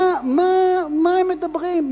מה הם מדברים?